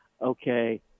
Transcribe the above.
okay